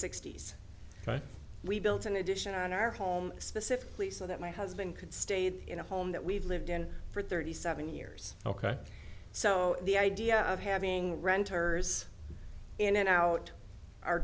but we built an addition on our home specifically so that my husband could stayed in a home that we've lived in for thirty seven years ok so the idea of having renters in and out our